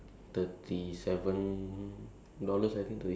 for adult for like sing~ like local right